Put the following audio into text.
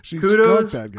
Kudos